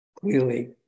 clearly